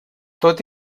tot